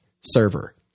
server